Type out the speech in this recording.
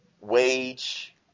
wage